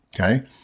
Okay